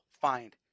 find